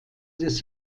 des